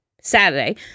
saturday